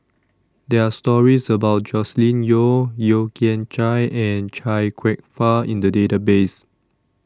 There Are stories about Joscelin Yeo Yeo Kian Chai and Chia Kwek Fah in The Database